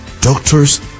doctors